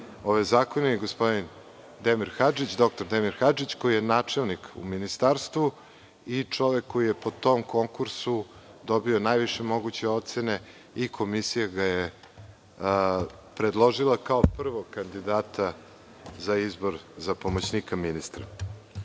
ove zakone i gospodin dr Demir Hadžić, koji je načelnik u Ministarstvu i čovek koji je po tom konkursu dobio najviše moguće ocene i komisija ga je predložila kao prvog kandidata za izbor za pomoćnika ministra. Kada